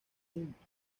punto